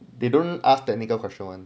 they don't ask technical question [one]